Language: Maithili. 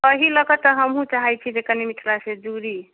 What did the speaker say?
एहि लऽ कऽ तऽ हमहूँ चाहैत छी जे कनि मिथलासे जूड़ी